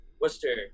Worcester